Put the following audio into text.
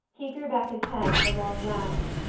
he threw back his head with a long laugh.